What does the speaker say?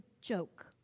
joke